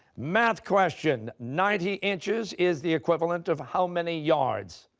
math question. ninety inches is the equivalent of how many yards?